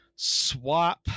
swap